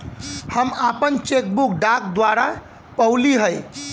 हम आपन cheque book डाक द्वारा पउली है